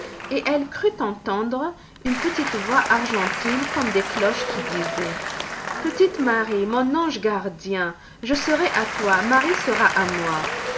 et elle crut entendre une petite voix argentine comme des cloches qui disait petite marie mon ange gardien je serai à toi marie sera à moi